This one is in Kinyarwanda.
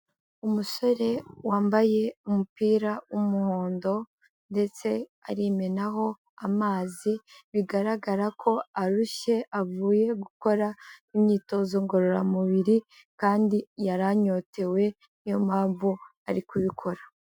Umusore wambaye umupira w'umuhondo ndetse arimenaho amazi, bigaragara ko arushye avuye gukora imyitozo ngororamubiri kandi yaranyotewe ni yo mpamvu ari kubikora.